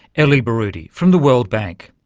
elly baroudy from the world bank,